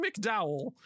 McDowell